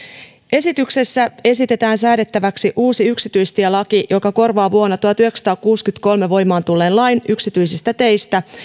esityksessä esitetään säädettäväksi uusi yksityistielaki joka korvaa vuonna tuhatyhdeksänsataakuusikymmentäkolme voimaan tulleen lain yksityisistä teistä